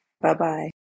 Bye-bye